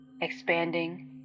expanding